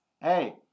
hey